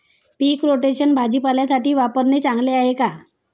पीक rotation भाजीपाल्यासाठी वापरणे चांगले आहे का?